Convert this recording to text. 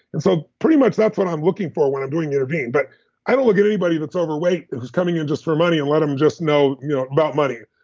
and so pretty much that's what i'm looking for when i'm doing intervene, but i don't look at anybody that's overweight who's coming in just for money and let them just know know about money.